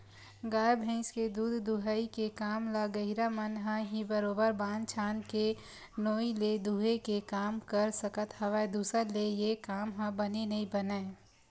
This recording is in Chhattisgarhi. गाय भइस के दूद दूहई के काम ल गहिरा मन ह ही बरोबर बांध छांद के नोई ले दूहे के काम कर सकत हवय दूसर ले ऐ काम ह बने नइ बनय